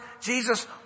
Jesus